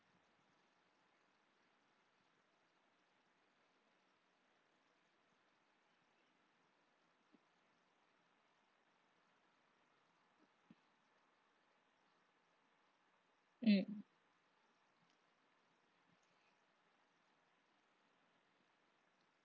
mm